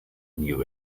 knew